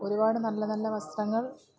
ഒരുപാട് നല്ല നല്ല വസ്ത്രങ്ങൾ